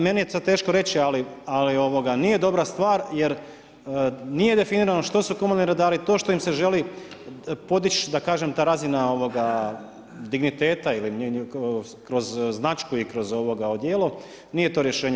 Meni je sad teško reći, ali nije dobra stvar jer nije definirano što su komunalni redari, to što im se želi podić da kažem ta razina digniteta kroz značku i kroz odijelo, nije to rješenje.